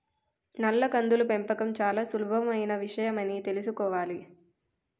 నల్ల కందుల పెంపకం చాలా సులభమైన విషయమని తెలుసుకోవాలి